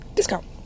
Discount